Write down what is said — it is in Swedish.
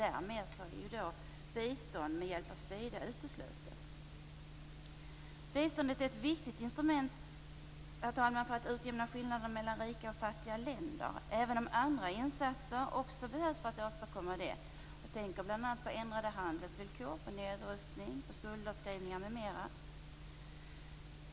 Därmed är bistånd med hjälp av Sida uteslutet. Herr talman! Biståndet är ett viktigt instrument för att utjämna skillnaderna mellan rika och fattiga länder, även om andra insatser också behövs för att åstadkomma det. Jag tänker bl.a. på ändrade handelsvillkor, nedrustning och skuldavskrivningar.